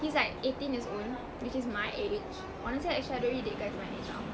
he's like eighteen years old which is my age honestly actually I don't really date guys my age ah